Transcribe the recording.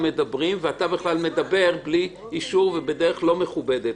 מדברים ואתה בכלל מדבר בלי אישור ובדרך לא מכובדת.